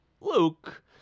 Luke